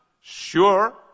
Sure